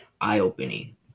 eye-opening